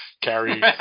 carry